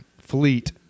fleet